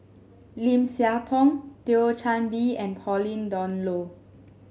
Lim Siah Tong Thio Chan Bee and Pauline Dawn Loh